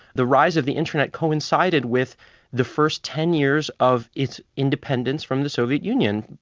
the rise of the internet coincided with the first ten years of its independence from the soviet union.